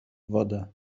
wodę